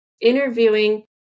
interviewing